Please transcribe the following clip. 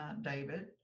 David